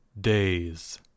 days